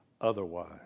otherwise